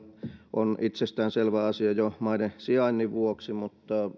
on itsestäänselvä asia jo maiden sijainnin vuoksi mutta